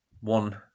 one